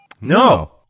No